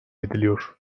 ediliyor